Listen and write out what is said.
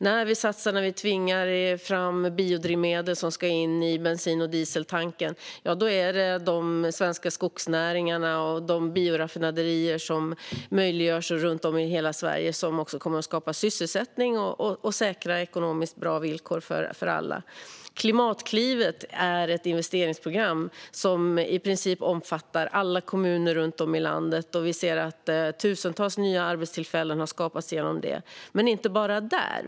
När vi satsar och tvingar fram biodrivmedel som ska in i bensin och dieseltankar är det de svenska skogsnäringarna och de bioraffinaderier som möjliggörs runt om i hela Sverige som kommer att skapa sysselsättning och säkra ekonomiskt bra villkor för alla. Klimatklivet är ett investeringsprogram som i princip omfattar alla kommuner runt om i landet, och vi ser att tusentals nya arbetstillfällen har skapats genom det, men inte bara där.